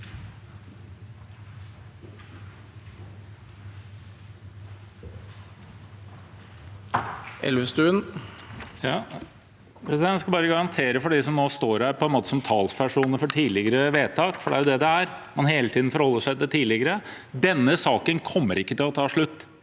Jeg skal bare garantere for dem som står her på en måte som talspersoner for tidligere vedtak, for det er jo det det er, at en hele tiden forholder seg til tidligere vedtak. Denne saken kommer ikke til å ta slutt.